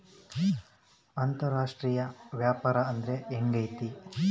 ಅಂತರಾಷ್ಟ್ರೇಯ ವ್ಯಾಪಾರ ಅಂದ್ರೆ ಹೆಂಗಿರ್ತೈತಿ?